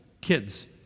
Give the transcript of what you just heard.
kids